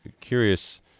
curious